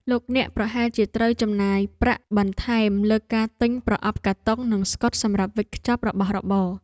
លោកអ្នកប្រហែលជាត្រូវចំណាយប្រាក់បន្ថែមលើការទិញប្រអប់កាតុងនិងស្កុតសម្រាប់វេចខ្ចប់របស់របរ។